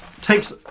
takes